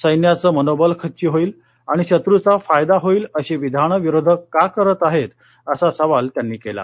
सैन्याचं मनोबल खच्ची होईल आणि शत्र्या फायदा होईल अशी विधानं विरोधक का करत आहेत असा सवाल त्यांनी केला